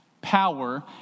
power